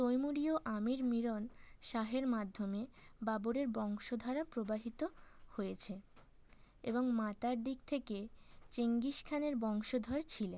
তৈমুরীও আমীর মীরন শাহের মাধ্যমে বাবরের বংশধারা প্রবাহিত হয়েছে এবং মাতার দিক থেকে চেঙ্গিস খানের বংশধর ছিলেন